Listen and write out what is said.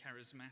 charismatic